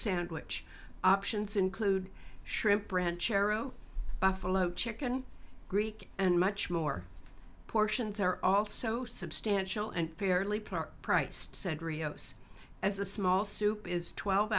sandwich options include shrimp branch arrow buffalo chicken greek and much more portions are also substantial and fairly par priced said rios as a small soup is twelve